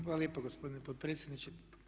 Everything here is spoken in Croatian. Hvala lijepa gospodine potpredsjedniče.